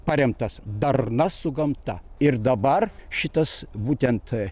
paremtas darna su gamta ir dabar šitas būtent